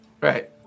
Right